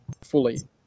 fully